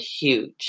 huge